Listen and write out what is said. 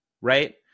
right